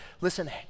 Listen